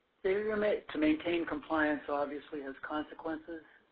failure to maintain compliance obviously has consequences.